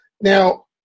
Now